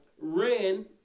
ran